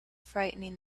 frightening